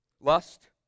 Lust